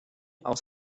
aus